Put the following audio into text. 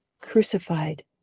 crucified